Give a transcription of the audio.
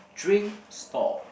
drink stall